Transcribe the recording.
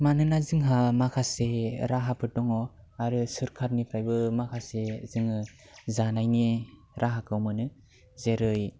मानोना जोंहा माखासे राहाफोर दङ आरो सरखारनिफ्रायबो माखासे जोङो जानायनि राहाखौ मोनो जेरै